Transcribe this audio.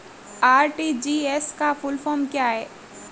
RTGS का full form क्या है?